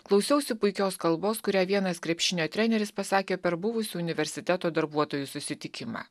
klausiausi puikios kalbos kurią vienas krepšinio treneris pasakė per buvusių universiteto darbuotojų susitikimą